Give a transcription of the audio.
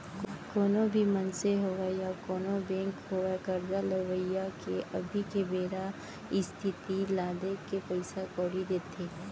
कोनो भी मनसे होवय या कोनों बेंक होवय करजा लेवइया के अभी के बेरा इस्थिति ल देखके पइसा कउड़ी देथे